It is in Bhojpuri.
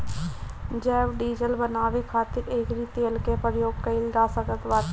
जैव डीजल बानवे खातिर एकरी तेल के प्रयोग कइल जा सकत बाटे